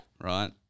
Right